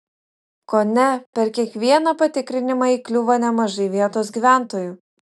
kone per kiekvieną patikrinimą įkliūva nemažai vietos gyventojų